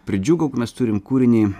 prie džiugauk mes turim kūrinį